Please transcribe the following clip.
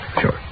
sure